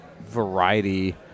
variety